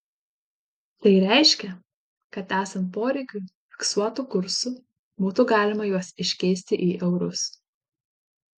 tai reiškia kad esant poreikiui fiksuotu kursu būtų galima juos iškeisti į eurus